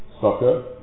soccer